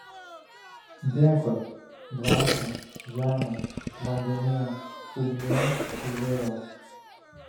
dėkui dvasia žeme vandenie ugnie ir vėjau